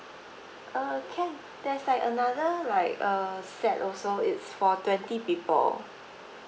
uh can there's like another like uh set also it's for twenty people